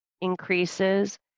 increases